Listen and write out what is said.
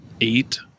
eight